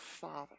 Father